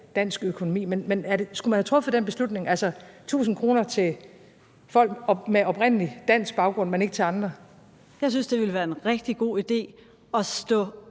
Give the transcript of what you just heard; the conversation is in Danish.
dansk økonomi. Men skulle man have truffet den beslutning, altså at give 1.000 kr. til folk med oprindelig dansk baggrund, men ikke til andre? Kl. 14:00 Pernille Vermund (NB): Jeg synes, det ville være en rigtig god idé at slå